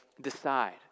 decide